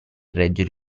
reggere